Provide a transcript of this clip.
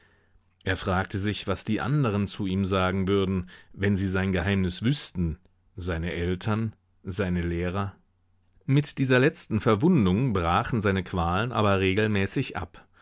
er fragte sich was die anderen zu ihm sagen würden wenn sie sein geheimnis wüßten seine eltern seine lehrer mit dieser letzten verwundung brachen seine qualen aber regelmäßig ab